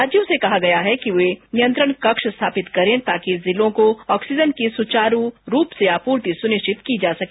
राज्यों से कहा गया है कि वे नियंत्रण कक्ष स्थापित करे ताकि जिलों को ऑक्सीजन की सुचारु रूप से आपूर्ति सुनिश्चित की जा सके